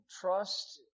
trust